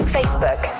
Facebook